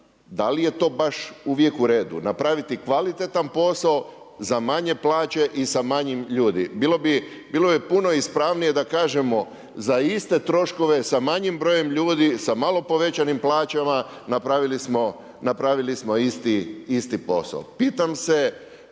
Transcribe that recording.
da li je to baš uvijek u redu napraviti kvalitetan posao za manje plaće i sa manje ljudi. Bilo bi puno ispravnije da kažemo za iste troškove sa manjim brojem ljudi, sa malo povećanim plaćama napravili smo isti posao.